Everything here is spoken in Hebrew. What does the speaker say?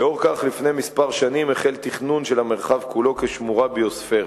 2. מה הם לוחות הזמנים לפינוי חוות הגז?